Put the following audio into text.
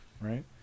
Right